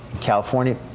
California